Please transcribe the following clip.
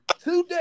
today